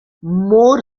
more